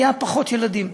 היו פחות ילדים.